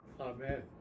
Amen